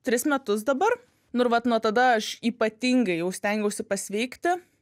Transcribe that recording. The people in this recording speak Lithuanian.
tris metus dabar nu ir vat nuo tada aš ypatingai jau stengiausi pasveikti